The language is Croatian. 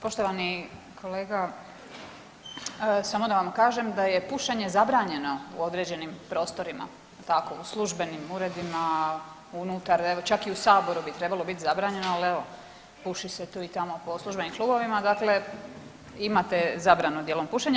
Poštovani kolega, samo da vam kažem da je pušenje zabranjeno u određenim prostorima, tako u službenim uredima, unutar, evo čak i u saboru bi trebalo bit zabranjeno, al evo puši se tu i tamo po službenim klubovima, dakle imate zabranu dijelom pušenja.